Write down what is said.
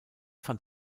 fand